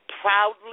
proudly